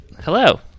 hello